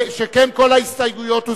שכן כל ההסתייגויות הוסרו.